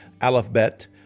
alphabet